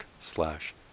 slash